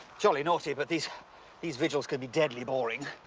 jolly naughty but these these vigils can be deadly boring.